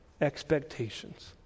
expectations